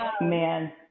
man